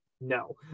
No